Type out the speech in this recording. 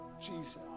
Jesus